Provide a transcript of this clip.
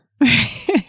Right